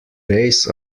days